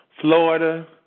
Florida